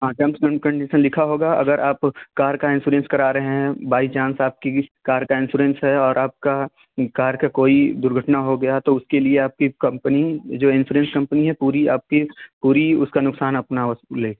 हाँ terms and condition लिखा होगा अगर आप कार का इंसोरेंस करा रहे हैं बाई चांस आपकी कार का इंसोरेंस है और आपका कार का कोई दुर्घटना हो गया तो उसके लिए आपकी कंपनी जो इंसोरेंस कंपनी है पूरी आपकी पूरी उसका नुकसान अपना वसूले